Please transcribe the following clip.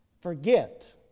forget